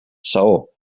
saó